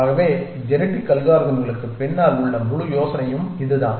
ஆகவே ஜெனடிக் அல்காரிதம்களுக்குப் பின்னால் உள்ள முழு யோசனையும் இதுதான்